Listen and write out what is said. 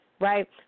right